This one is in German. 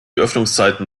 öffnungszeiten